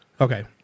Okay